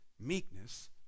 meekness